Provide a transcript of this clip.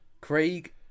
Craig